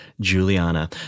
Juliana